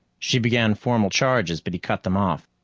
she began formal charges, but he cut them off.